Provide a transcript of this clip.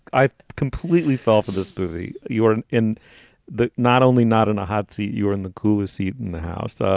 i completely fell for this movie. you were in in the not only not in the hot seat, you were in the cool seat in the house.